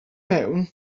mewn